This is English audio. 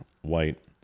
white